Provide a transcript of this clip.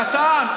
קטן קטן.